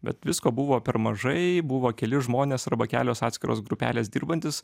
bet visko buvo per mažai buvo keli žmonės arba kelios atskiros grupelės dirbantys